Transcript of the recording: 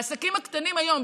העסקים הקטנים היום,